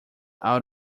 out